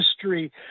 history